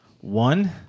one